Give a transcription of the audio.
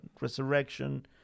resurrection